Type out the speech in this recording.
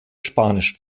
spanisch